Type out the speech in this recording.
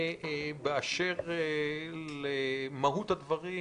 באשר למהות הדברים,